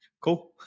Cool